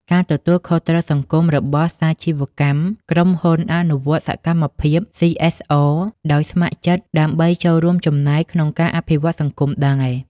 ការទទួលខុសត្រូវសង្គមរបស់សាជីវកម្ម ក្រុមហ៊ុនអនុវត្តសកម្មភាព សុី អេស អរ ដោយស្ម័គ្រចិត្ត ដើម្បីចូលរួមចំណែកក្នុងការអភិវឌ្ឍសង្គមដែរ ។